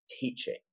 teaching